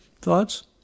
thoughts